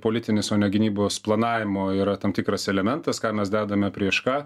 politinis o ne gynybos planavimo yra tam tikras elementas ką mes dedame prieš ką